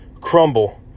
crumble